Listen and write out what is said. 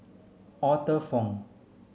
Arthur Fong